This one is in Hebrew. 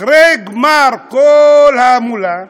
אחרי גמר כל ההמולה,